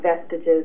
vestiges